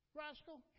rascal